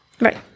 right